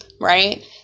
right